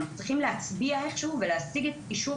אנחנו צריכים להצביע איך שהוא ולהשיג אישור